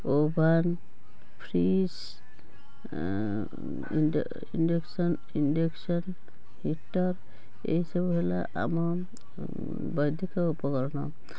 oven fridge induction induction heater ଏଇସବୁ ହେଲା ଆମ ବୈଦିକ ଉପକରଣ